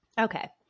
Okay